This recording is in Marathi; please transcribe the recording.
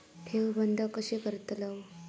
ठेव बंद कशी करतलव?